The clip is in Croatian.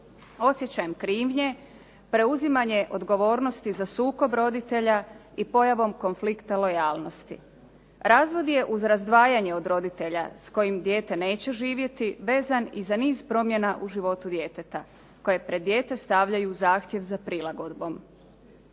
osjećajem krivnje, preuzimanje odgovornosti za sukob roditelja i pojavom konflikta lojalnosti. Razvod je, uz razdvajanje od roditelja s kojim dijete neće živjeti, vezan i za niz promjena u životu djeteta koje pred dijete stavljaju zahtjev za prilagodbom.